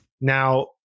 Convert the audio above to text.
Now